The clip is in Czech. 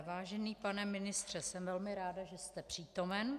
Vážený pane ministře, jsem velmi ráda, že jste přítomen.